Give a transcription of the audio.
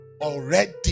Already